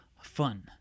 fun